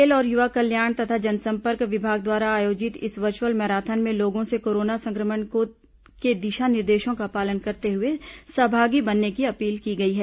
खेल और युवा कल्याण तथा जनसंपर्क विभाग द्वारा आयोजित इस वर्चुअल मैराथन में लोगों से कोरोना संक्रमण के दिशा निर्देशों का पालन करते हुए सहभागी बनने की अपील की गई है